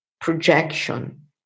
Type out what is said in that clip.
projection